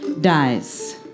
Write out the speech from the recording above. dies